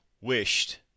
wished